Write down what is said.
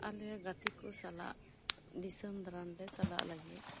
ᱟᱞᱮ ᱜᱟᱛᱤ ᱠᱚ ᱥᱟᱞᱟᱜ ᱫᱤᱥᱚᱢ ᱫᱟᱲᱟᱱᱞᱮ ᱪᱟᱞᱟᱜ ᱞᱟᱹᱜᱤᱫ